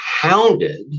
hounded